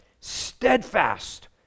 steadfast